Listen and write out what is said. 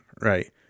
Right